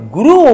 Guru